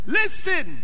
listen